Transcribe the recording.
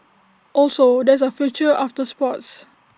also there is A future after sports